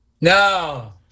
No